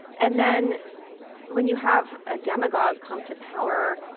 and then when you have a demagogue come to power,